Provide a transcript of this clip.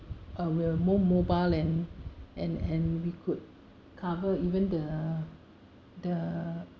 uh we were more mobile and and and we could cover even the the